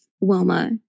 Wilma